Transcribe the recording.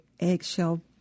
eggshell